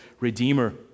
Redeemer